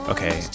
Okay